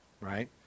right